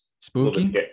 spooky